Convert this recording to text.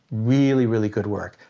really, really good work.